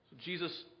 Jesus